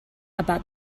about